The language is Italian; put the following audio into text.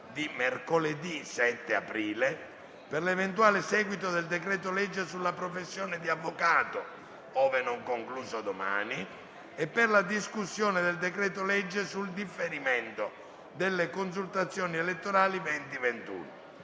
di mercoledì 7 aprile per l'eventuale seguito del decreto-legge sull'abilitazione all'esercizio della professione di avvocato, ove non concluso domani, e per la discussione del decreto-legge sul differimento delle consultazioni elettorali 2021.